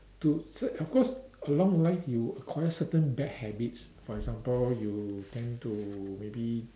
to s~ of course along the line you acquire certain bad habits for example you tend to maybe